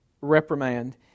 reprimand